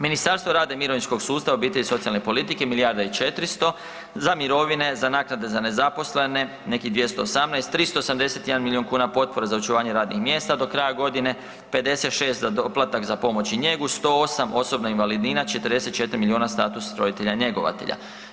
Ministarstvo rada i mirovinskog sustava, obitelji i socijalne politike milijarda i 400, za mirovine, za naknade za nezaposlene nekih 218, 381 milion kuna potpore za očuvanje radnih mjesta do kraja godine, 56 za doplatak za pomoć i njegu, 108 osobna invalidnina, 44 status roditelja njegovatelja.